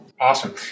Awesome